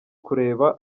kureba